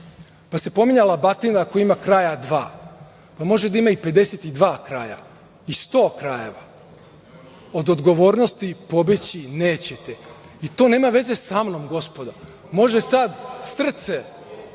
pa se pominjala batina koja ima kraja dva, pa može da ima i 52 kraja i 100 krajeva. Od odgovornosti pobeći nećete i to nema veze sa mnom, gospodo, može sad srce